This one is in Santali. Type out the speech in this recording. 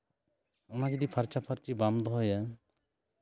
ᱚᱱᱟ ᱡᱩᱫᱤ ᱯᱷᱟᱨᱪᱟᱼᱯᱷᱟᱨᱪᱤ ᱵᱟᱢ ᱫᱚᱦᱚᱭᱟ